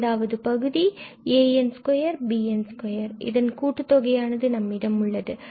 இரண்டாவது பகுதி பின்பு an2 bn2இதன் கூட்டுத்தொகை ஆனது நம்மிடம் உள்ளது